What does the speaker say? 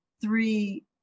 three